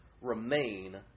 remain